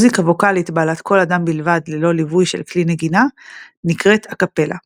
מוזיקה ווקאלית בעלת קול אדם בלבד ללא ליווי של כלי נגינה נקראת א-קפלה.